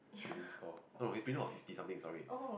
prelims score no his prelims was fifty something sorry